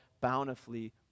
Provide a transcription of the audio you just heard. bountifully